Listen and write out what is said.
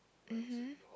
mmhmm